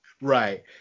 Right